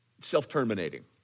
self-terminating